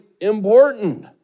important